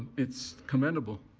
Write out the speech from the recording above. it's commendable